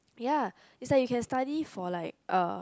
ya it's like you can study for like uh